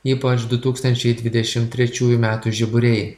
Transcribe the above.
ypač du tūkstančiai dvidešimt trečiųjų metų žiburiai